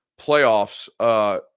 playoffs